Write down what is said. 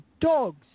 dogs